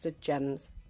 gems